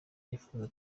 twifuza